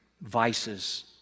vices